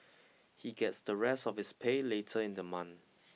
he gets the rest of his pay later in the month